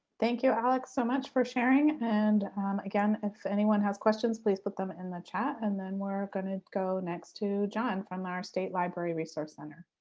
thank you. alex, so much for sharing. and again, if anyone has questions, please put them in the chat and then we're going to go next to john from our state library resource center.